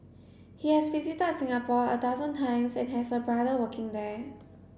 he has visited Singapore a dozen times and has a brother working there